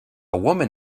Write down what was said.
woman